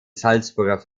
salzburger